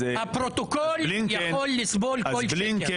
הפרוטוקול יכול לסבול כל שקר.